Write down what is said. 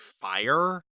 fire